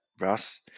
Russ